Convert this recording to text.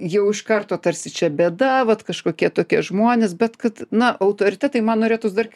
jau iš karto tarsi čia bėda vat kažkokie tokie žmonės bet kad na autoritetai man norėtųs dar